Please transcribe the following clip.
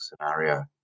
scenario